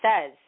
says